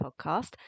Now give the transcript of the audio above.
Podcast